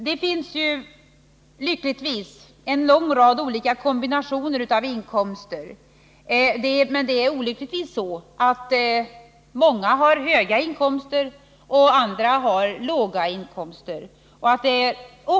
Det finns lyckligtvis en lång rad kombinationer av inkomster, men olyckligtvis har många höga inkomster medan andra har låga inkomster.